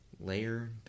Layer